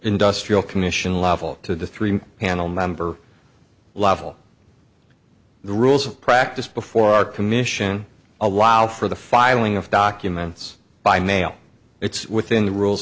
industrial commission level to the three panel member level the rules of practice before our commission allow for the filing of documents by mail it's within the rules